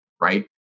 right